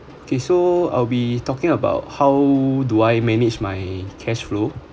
okay so I'll be talking about how do I manage my cash flow